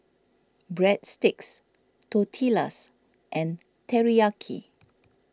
Breadsticks Tortillas and Teriyaki